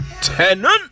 Tenant